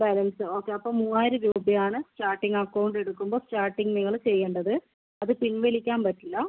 balance okay അപ്പോൾ മൂവായിരം രൂപയാണ് സ്റ്റാർട്ടിങ് അക്കൗണ്ട് എടുക്കുമ്പോൾ സ്റ്റാർട്ടിങ് നിങ്ങൾ ചെയ്യേണ്ടത് അത് പിൻവലിക്കാൻ പറ്റില്ല